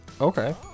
Okay